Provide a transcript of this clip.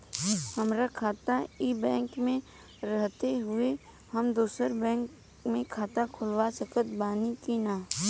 हमार खाता ई बैंक मे रहते हुये हम दोसर बैंक मे खाता खुलवा सकत बानी की ना?